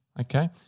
okay